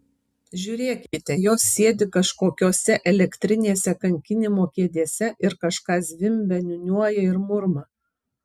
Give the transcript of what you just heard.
žiūrėkite jos sėdi kažkokiose elektrinėse kankinimo kėdėse ir kažką zvimbia niūniuoja ir murma